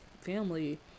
family